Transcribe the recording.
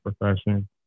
profession